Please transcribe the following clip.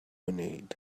need